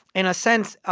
in a sense,